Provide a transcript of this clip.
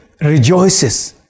rejoices